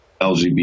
LGBT